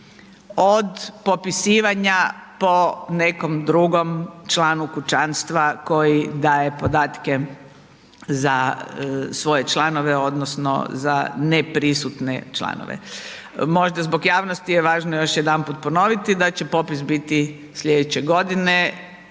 od popisivanja po nekom drugom članu kućanstva koji daje podatke za svoje članove odnosno za neprisutne članove. Možda zbog javnosti je važno još jedanput ponoviti da će popis biti sljedeće godine.